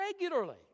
regularly